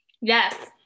yes